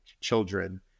children